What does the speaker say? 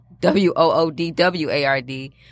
W-O-O-D-W-A-R-D